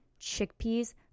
chickpeas